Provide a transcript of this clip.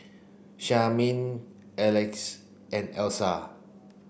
Charmaine Alexys and Elsa